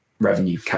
Revenue